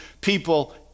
people